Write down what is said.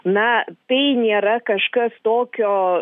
na tai nėra kažkas tokio